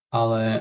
ale